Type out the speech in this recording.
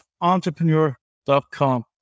entrepreneur.com